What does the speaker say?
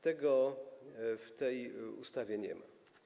Tego w tej ustawie nie ma.